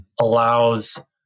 allows